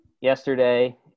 yesterday